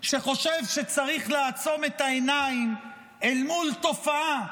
שחושב שצריך לעצום את העיניים אל מול תופעה